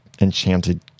enchanted